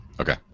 Okay